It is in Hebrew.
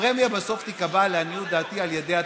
הפרמיה בסוף תיקבע לעניות דעתי על ידי התחרות,